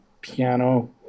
piano